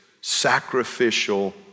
sacrificial